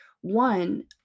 One